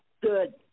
Good